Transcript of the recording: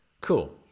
Cool